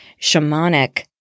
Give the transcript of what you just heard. shamanic